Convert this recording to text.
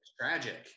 tragic